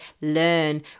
learn